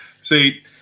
See